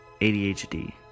ADHD